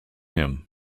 him